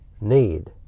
need